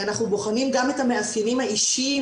אנחנו בוחנים גם את המאפיינים האישיים,